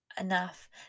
enough